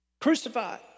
crucified